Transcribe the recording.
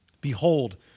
Behold